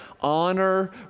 honor